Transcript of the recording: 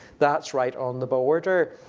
that's right on the border,